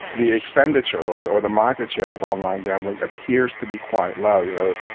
the expenditure or or the market share of online gambling appears to be quite low. you know,